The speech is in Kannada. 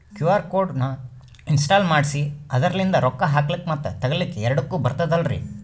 ಕ್ಯೂ.ಆರ್ ಕೋಡ್ ನ ಇನ್ಸ್ಟಾಲ ಮಾಡೆಸಿ ಅದರ್ಲಿಂದ ರೊಕ್ಕ ಹಾಕ್ಲಕ್ಕ ಮತ್ತ ತಗಿಲಕ ಎರಡುಕ್ಕು ಬರ್ತದಲ್ರಿ?